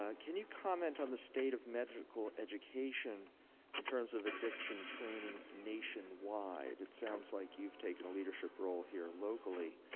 ah can you comment on the state of medical education in terms of addiction training nationwide? it sounds like you've taken a leadership role here locally.